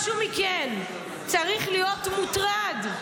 משהו בכם צריך להיות מוטרד,